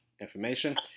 information